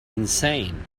insane